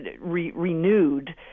renewed